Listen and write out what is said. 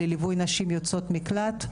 לליווי נשים יוצאות מקלט.